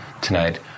tonight